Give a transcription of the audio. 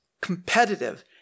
competitive